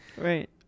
right